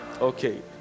Okay